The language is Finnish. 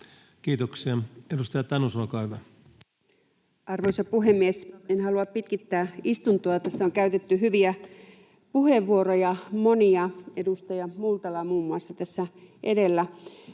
aikana Time: 19:03 Content: Arvoisa puhemies! En halua pitkittää istuntoa. Tässä on käytetty hyviä puheenvuoroja, monia, edustaja Multala muun muassa tässä edellä,